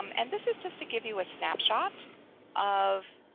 um and this is just to give you a snapshot of